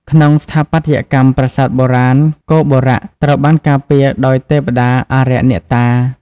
ក្នុងស្ថាបត្យកម្មប្រាសាទបុរាណ គោបុរៈ ត្រូវបានការពារដោយទេព្តាអារក្សអ្នកតា។